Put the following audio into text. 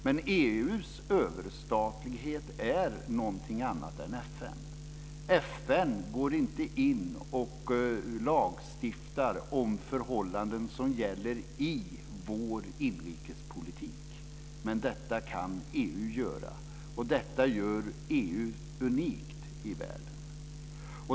Men EU:s överstatlighet är någonting annat än FN:s. FN går inte in och lagstiftar om förhållanden som gäller i vår inrikespolitik, men detta kan EU göra. Detta gör EU unikt i världen.